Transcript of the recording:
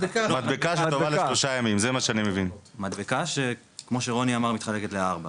מדבקה כמו שרוני אמר מתחלקת לארבע